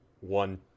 one